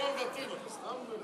אתם צבועים.